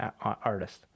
artist